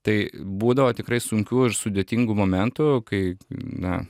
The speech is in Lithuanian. tai būdavo tikrai sunkių ir sudėtingų momentų kai na